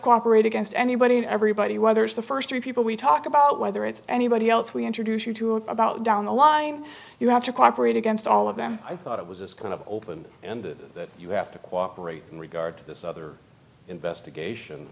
cooperate against anybody and everybody whether it's the first three people we talk about whether it's anybody else we introduce you to about down the line you have to cooperate against all of them i thought it was just kind of open ended that you have to cooperate in regard to this other investigation